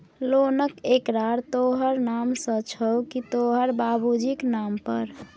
लोनक एकरार तोहर नाम सँ छौ की तोहर बाबुजीक नाम पर